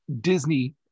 disney